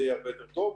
זה יהיה הרבה יותר טוב.